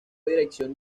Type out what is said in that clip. dirección